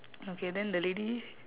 okay then the lady